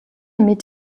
mit